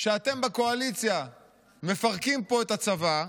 שאתם בקואליציה מפרקים פה את הצבא,